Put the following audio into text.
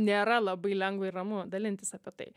nėra labai lengva ir ramu dalintis apie tai